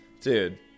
Dude